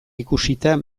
ikusita